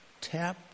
Tap